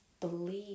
believe